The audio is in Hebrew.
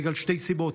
בגלל שתי סיבות: